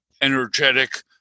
energetic